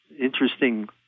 interesting